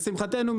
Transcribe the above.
לשמחתנו,